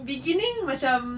beginning macam